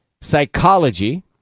Psychology